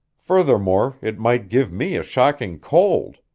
furthermore it might give me a shocking cold,